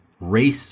Race